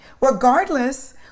Regardless